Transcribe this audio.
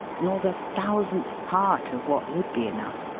nor the thousandth part of what would be enough.